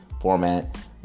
format